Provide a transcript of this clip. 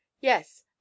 yes